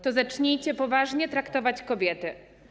To zacznijcie poważnie traktować kobiety.